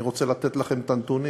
אני רוצה לתת לכם את הנתונים: